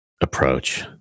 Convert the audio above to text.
approach